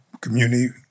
community